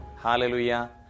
Hallelujah